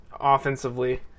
Offensively